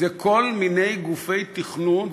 זה כל מיני גופי תכנון,